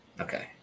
Okay